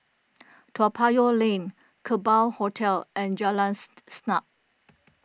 Toa Payoh Lane Kerbau Hotel and Jalan Siap